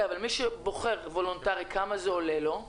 אבל מי שבוחר וולונטרי כמה זה עולה לו?